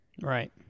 right